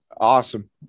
Awesome